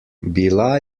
bila